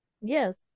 Yes